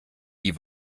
die